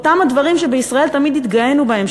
אותם הדברים שבישראל תמיד התגאינו בהם,